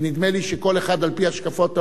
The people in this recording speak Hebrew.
כי נדמה לי שכל אחד, על-פי השקפות עולמו,